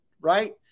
right